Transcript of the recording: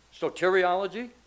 soteriology